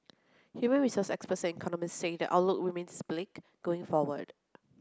human resource experts and economists say the outlook remains bleak going forward